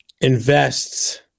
invests